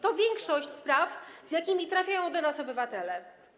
to większość spraw, z jakimi trafiają do nas obywatele.